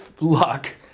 luck